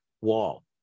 wall